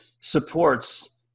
supports